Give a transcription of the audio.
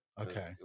Okay